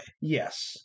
Yes